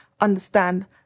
understand